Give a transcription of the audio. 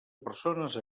persones